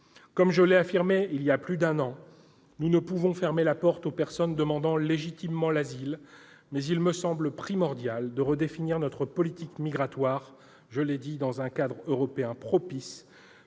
Comme je l'ai affirmé il y a plus d'un an, si nous ne pouvons fermer la porte aux personnes demandant légitimement l'asile, il me semble primordial de redéfinir notre politique migratoire dans un cadre européen propice